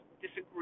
disagree